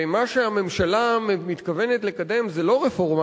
ומה שהממשלה מתכוונת לקדם זה לא רפורמה